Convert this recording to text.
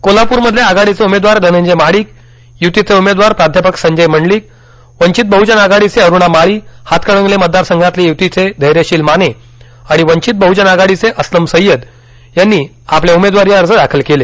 कोल्हापूर मधले आघाडीचे उमेदवार धनंजय महाडिक युतीचे उमेदवार प्राध्यापक संजय मंडलिक वंचित बह्जन आघाडीचे अरुणा माळी हातकणंगले मतदारसंघातले य्तीचे धैर्यशील माने आणि वंचित बह्जन आघाडीचे असलम सय्यद यांनी यांनी आपले उमेदवारी अर्ज काल दाखल केले